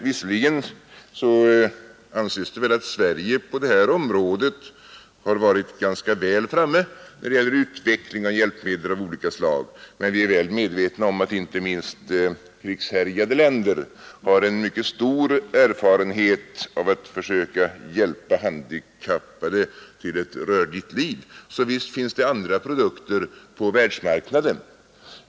Visserligen anses det väl att Sverige på det här området har varit ganska långt framme när det gäller utvecklingen av hjälpmedel av olika slag, men vi är väl medvetna om att inte minst krigshärjade länder har mycket stor erfarenhet av att försöka hjälpa handikappade till ett rörligt liv, så visst finns det andra produkter på världsmarknaden.